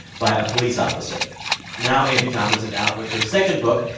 by a police officer now angie thomas is out with her second book.